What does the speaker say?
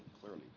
clearly